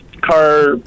car